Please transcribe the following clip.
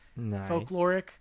folkloric